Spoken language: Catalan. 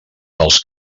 dels